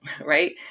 Right